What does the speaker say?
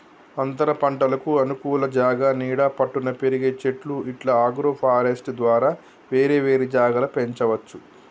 అంతరపంటలకు అనుకూల జాగా నీడ పట్టున పెరిగే చెట్లు ఇట్లా అగ్రోఫారెస్ట్య్ ద్వారా వేరే వేరే జాగల పెంచవచ్చు